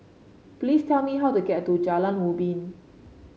please tell me how to get to Jalan Ubi